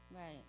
Right